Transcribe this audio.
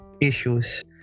issues